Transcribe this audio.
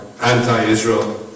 anti-Israel